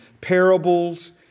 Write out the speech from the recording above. parables